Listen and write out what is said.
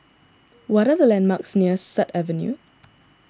what are the landmarks near Sut Avenue